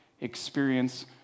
experience